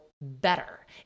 better